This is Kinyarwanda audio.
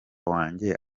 wanjye